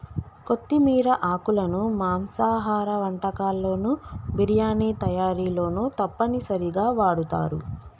కొత్తిమీర ఆకులను మాంసాహార వంటకాల్లోను బిర్యానీ తయారీలోనూ తప్పనిసరిగా వాడుతారు